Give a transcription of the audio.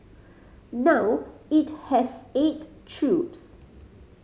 now it has eight troops